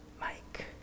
Mike